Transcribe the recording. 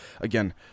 again